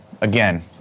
Again